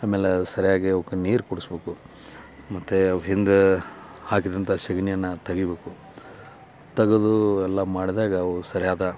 ಆಮೇಲೆ ಅದು ಸರಿಯಾಗಿ ಅವಕ್ಕೆ ನೀರು ಕುಡಿಸ್ಬೋಕು ಮತ್ತು ಅವು ಹಿಂದೆ ಹಾಕಿದಂಥ ಸಗ್ಣಿಯನ್ನ ತಗಿಬೇಕು ತಗೆದೂ ಎಲ್ಲ ಮಾಡಿದಾಗ ಅವು ಸರಿಯಾದ